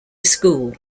school